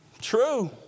True